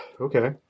Okay